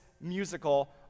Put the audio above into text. musical